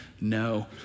no